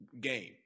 game